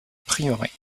prieuré